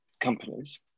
companies